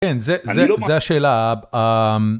כן, כן, זה השאלה